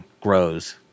grows